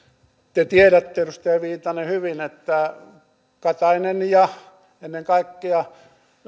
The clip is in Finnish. te tiedätte hyvin edustaja viitanen että katainen ja ennen kaikkea